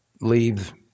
Leave